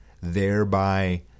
thereby